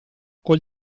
col